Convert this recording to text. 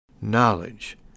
knowledge